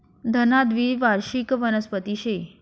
धना द्वीवार्षिक वनस्पती शे